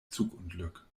zugunglück